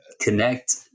connect